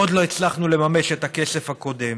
עוד לא הצלחנו לממש את הכסף הקודם.